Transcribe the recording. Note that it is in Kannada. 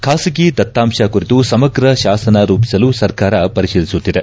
ಖಾಸಗಿ ದತ್ತಾಂಶ ಕುರಿತು ಸಮಗ್ರ ಶಾಸನ ರೂಪಿಸಲು ಸರ್ಕಾರ ಪರಿತೀಲಿಸುತ್ತಿದೆ